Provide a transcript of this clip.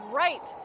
right